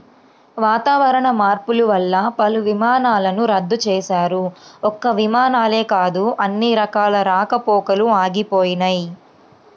వాతావరణ మార్పులు వల్ల పలు విమానాలను రద్దు చేశారు, ఒక్క విమానాలే కాదు అన్ని రకాల రాకపోకలూ ఆగిపోయినయ్